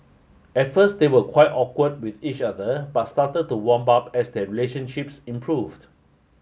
at first they were quite awkward with each other but started to warm up as their relationships improved